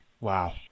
Wow